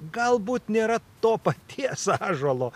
galbūt nėra to paties ąžuolo